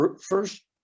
first